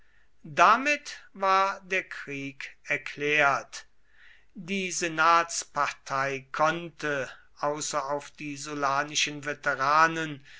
damit war der krieg erklärt die senatspartei konnte außer auf die sullanischen veteranen